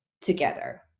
together